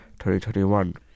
2021